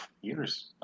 years